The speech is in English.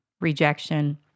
rejection